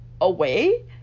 away